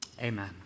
Amen